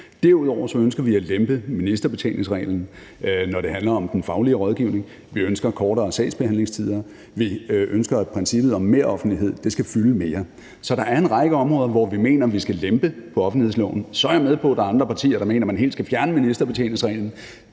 Derudover ønsker vi at lempe ministerbetjeningsreglen, når det handler om den faglige rådgivning, vi ønsker kortere sagsbehandlingstider, og vi ønsker, at princippet om meroffentlighed skal fylde mere, så der er en række områder, hvor vi mener vi skal lempe på offentlighedsloven. Så er jeg med på, at der er andre partier, der mener, at man helt skal fjerne ministerbetjeningsreglen.